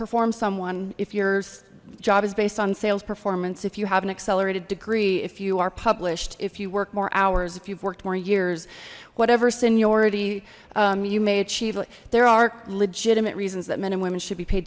perform someone if your job is based on sales performance if you have an accelerated degree if you are published if you work more hours if you've worked more years whatever seniority you may achieve there are legitimate reasons that men and women should be paid